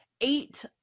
eight